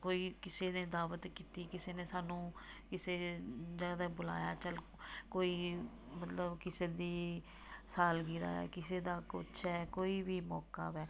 ਕੋਈ ਕਿਸੇ ਨੇ ਦਾਵਤ ਕੀਤੀ ਕਿਸੇ ਨੇ ਸਾਨੂੰ ਕਿਸੇ ਜਦ ਬੁਲਾਇਆ ਚਲ ਕੋਈ ਮਤਲਬ ਕਿਸੇ ਦੀ ਸਾਲਗਿਰਾ ਕਿਸੇ ਦਾ ਕੁਛ ਹੈ ਕੋਈ ਵੀ ਮੌਕਾ ਹੈ